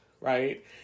Right